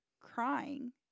crying